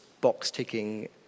box-ticking